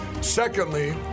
Secondly